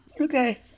Okay